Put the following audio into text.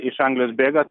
iš anglijos bėga